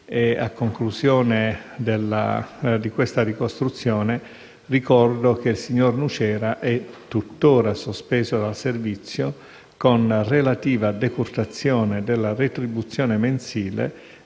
a conclusione della quale ricordo che il signor Nucera è tuttora sospeso dal servizio, con relativa decurtazione della retribuzione mensile,